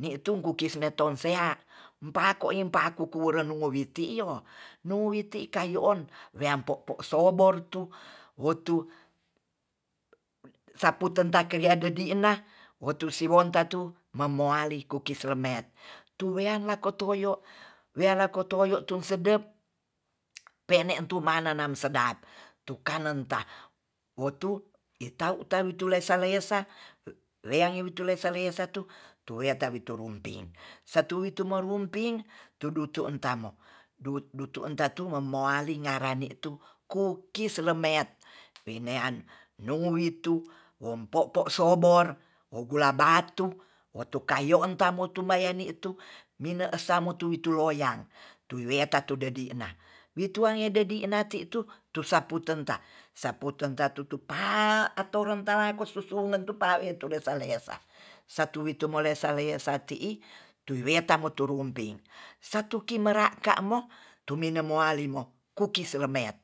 Ti'tu kukis ne tonsea pako im pako kukuren wuwi ti yo nuwiti kayu on weam po'po sobor tu wotu saputetan kewia de dina wotu si rontan tatu mamowaleiko kukis lemet tuwean lakoto toyo wela kotoyo tun sedep pe'ne tu mananam sedap tukanenta wotu itau ta lucu lesa lesa leangitu lesa-lesa tu. tu wea tawiturumping satu witu mo rumping tudu tu tamo dutu tatu momoali ngarani tu kukis lemet winean nuwitu wompopo sobot wo gula batu wotu kayo nta motu mayeni tu mine samu tuwi tuwitu loyang tu weta tu dedi na, wituang ye dedi na ti'tu tusapu tenta, sapu tenta tutupa atora kosusungan tu paweto lesa-lesa satu witu mo lesa-lesa ti'i tuweta moto rumping satuki meraka mo tuminem moalimo kukis lemet